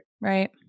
Right